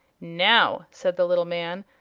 now, said the little man,